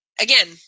again